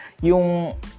Yung